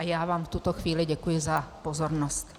Já vám v tuto chvíli děkuji za pozornost.